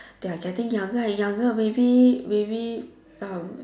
they are getting younger and younger maybe maybe um